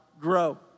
grow